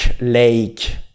lake